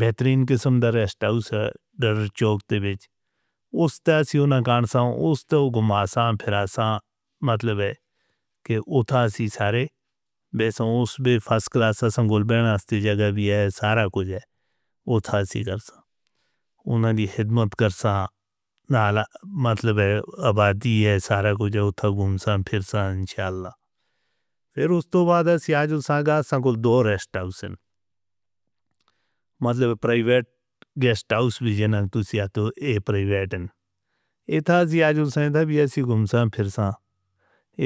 بہترین قسم the rest house ہے در چوک تے وچ، اس تے اسیوں نا کانساؤں، اس تے گھماؤساؤں، مطلب ہے کہ اتھا اسی سارے، بسوں اس بے فاسکلاسہ سنگل بینہ استے جگہ بھی ہے، سارا کچھ ہے، اتھا اسی کرساں، انہاں دی خدمت کرساں، نالا مطلب ہے آبادی ہے، سارا کچھ ہے، اتھا گھومسائیں، پھرساں انشاءاللہ۔ پھر اس تو بعد اسی آ جوساں گا، سانکول دو ریسٹ ہاؤس ہیں، مطلب پرائیویٹ گیسٹ ہاؤس بھی جی ہیں، توسیہ تو یہ پرائیویٹ ہیں، اتھا تھی آ جوساں دا بھی ہے، اسی گھومسائیں، پھرساں،